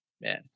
Man